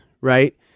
right